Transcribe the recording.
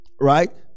right